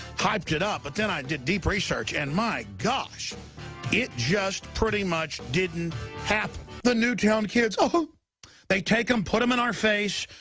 hyped it up, but then i did deep research and my gosh it just pretty much didn't happen. the newtown kids oh they take them, put them in our face,